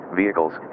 vehicles